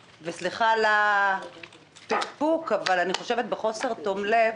וסליחה על הפקפוק אבל אני חושבת שזה נאמר בחוסר תום לב: